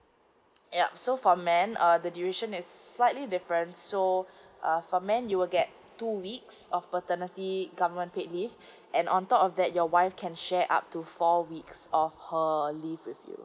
yup so for men uh the duration is slightly different so uh for men you will get two weeks of paternity government paid leave and on top of that your wife can share up to four weeks of her leave with you